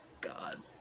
God